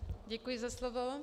Děkuji za slovo.